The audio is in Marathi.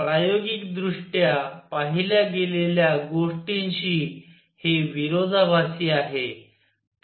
प्रायोगिकदृष्ट्या पाहिल्या गेलेल्या गोष्टींशी हे विरोधाभासी आहे